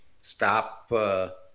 stop